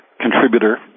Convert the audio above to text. contributor